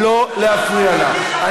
תודה רבה, כבוד היושב-ראש.